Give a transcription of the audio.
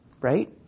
Right